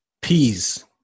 Peas